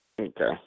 Okay